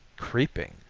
creeping!